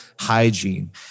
Hygiene